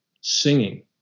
singing